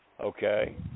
Okay